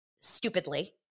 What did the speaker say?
stupidly